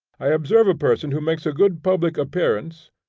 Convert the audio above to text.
i observe a person who makes a good public appearance,